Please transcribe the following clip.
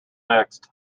mixed